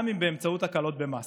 גם באמצעות הקלות במס.